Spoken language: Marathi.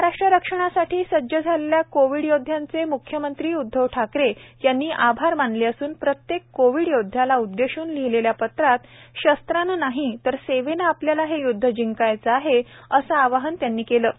महाराष्ट्र रक्षणासाठी सज्ज झालेल्या कोविड योदध्यांचे म्ख्यमंत्री उदधव ठाकरे यांनी आभार मानले असून प्रत्येक कोविड योदध्याला उद्देशून लिहिलेल्या पत्रात शस्त्राने नाही तर सेवेने आपल्याला हे य्द्ध जिंकायचे आहे असे आवाहन केले आहे